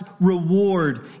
reward